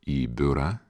į biurą